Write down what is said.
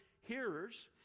hearers